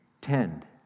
tend